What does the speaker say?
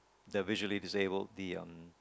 the visually disabled the um